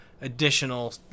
additional